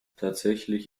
tatsächlich